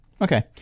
Okay